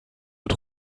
mit